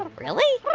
really?